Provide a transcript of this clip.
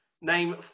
Name